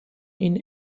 این